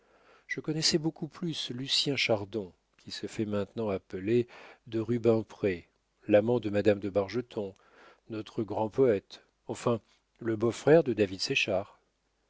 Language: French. je connaissais beaucoup plus lucien chardon qui se fait maintenant appeler de rubempré l'amant de madame de bargeton notre grand poète enfin le beau-frère de david